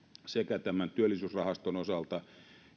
sekä tämän työllisyysrahaston osalta